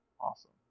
Awesome